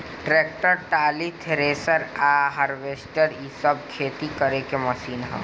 tractor, trolley, thresher आ harvester इ सब खेती करे के मशीन ह